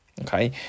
Okay